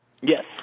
Yes